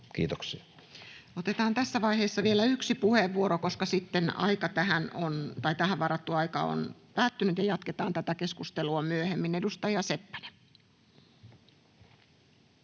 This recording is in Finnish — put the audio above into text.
Kiitoksia. Otetaan tässä vaiheessa vielä yksi puheenvuoro, koska sitten tähän varattu aika on päättynyt, ja jatketaan tätä keskustelua myöhemmin. — Edustaja Seppänen.